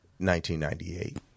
1998